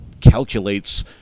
calculates